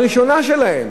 הראשונה שלהם,